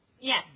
Yes